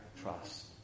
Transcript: trust